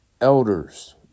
elders